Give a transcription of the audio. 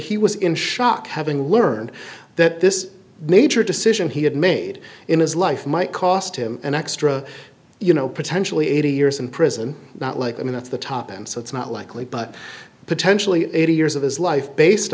he was in shock having learned that this major decision he had made in his life might cost him an extra you know potentially eighty years in prison not like i mean at the top end so it's not likely but potentially eighty years of his life based